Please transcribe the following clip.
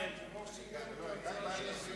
הצעת הסיכום שהביא חבר הכנסת